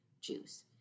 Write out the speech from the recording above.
juice